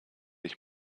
ich